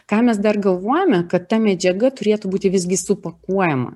ką mes dar galvojame kad ta medžiaga turėtų būti visgi supakuojama